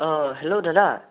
অ hello দাদা